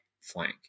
flank